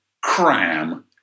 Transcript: cram